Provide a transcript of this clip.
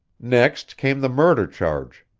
next came the murder charge!